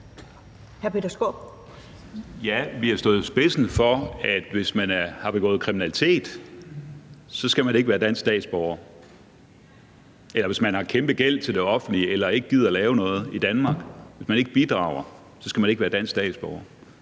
Ja, vi har stået i spidsen for, at hvis man har begået kriminalitet, skal man ikke være dansk statsborger. Eller hvis man har kæmpe gæld til det offentlige eller ikke gider lave noget i Danmark og ikke bidrager, skal man ikke være dansk statsborger.